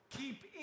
Keep